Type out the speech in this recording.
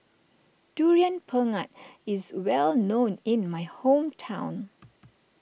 Durian Pengat is well known in my hometown